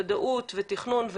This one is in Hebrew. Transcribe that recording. ודאות ותכנון.